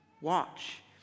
watch